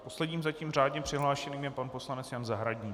Posledním zatím řádně přihlášeným je pan poslanec Jan Zahradník.